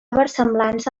versemblança